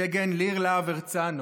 סגן ליר להב הרצנו,